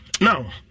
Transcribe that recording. now